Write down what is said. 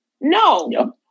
No